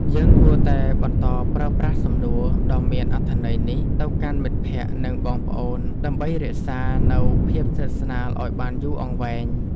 យើងគួរតែបន្តប្រើប្រាស់សំណួរដ៏មានអត្ថន័យនេះទៅកាន់មិត្តភក្តិនិងបងប្អូនដើម្បីរក្សានូវភាពស្និទ្ធស្នាលឱ្យបានយូរអង្វែង។